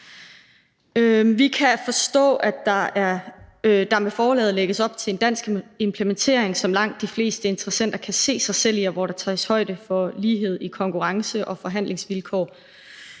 Vi kan forstå, at der med forslaget lægges op til en dansk implementering, som langt de fleste interessenter kan se sig selv i, og hvor der tages højde for lighed i konkurrence- og forhandlingsvilkår,